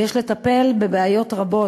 ויש לטפל בבעיות רבות,